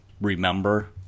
remember